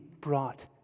brought